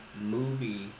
Movie